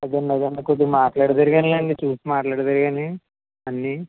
అదే అండి అదే అండి కొద్దిగా మాటలాడుదురు గానీలెండి చూసి మాట్లాడుదురుగాని అన్ని